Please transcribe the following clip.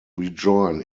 rejoin